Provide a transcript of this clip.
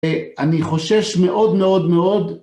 אה... אני חושש מאוד מאוד מאוד...